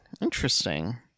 Interesting